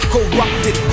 Corrupted